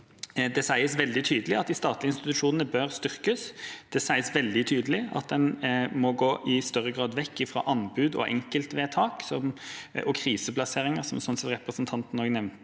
Det sies veldig tydelig at de statlige institusjonene bør styrkes. Det sies veldig tydelig at en i større grad må gå fra anbud, enkeltvedtak og kriseplasseringer, som representanten også nevnte